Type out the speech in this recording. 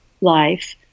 life